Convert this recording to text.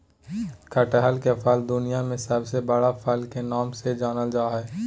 कटहल के फल दुनिया में सबसे बड़ा फल के नाम से जानल जा हइ